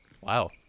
Wow